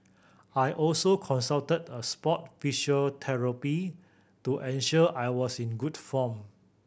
I also consulted a sport physiotherapist to ensure I was in good form